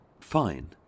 fine